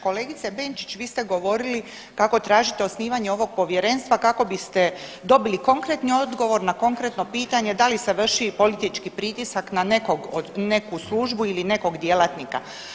Kolegice Benčić vi ste govorili kako tražite osnivanje ovog povjerenstva kako biste dobili konkretni odgovor na konkretno pitanje da li se vrši politički pritisak na nekog, neku službu ili nekog djelatnika.